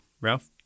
Ralph